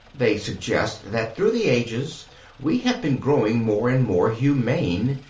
they suggest that through the ages we have been growing more and more humane,